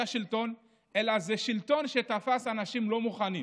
השלטון אלא זה שלטון שתפס אנשים לא מוכנים,